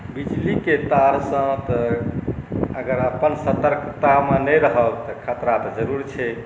बिजलीके तारसँ तऽ अगर अपन सतर्कतामे नहि रहब तऽ खतरा तऽ जरूर छै